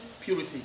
purity